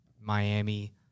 miami